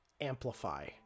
amplify